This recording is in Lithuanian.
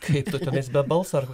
kaip tu tenais be balso